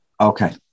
Okay